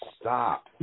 stop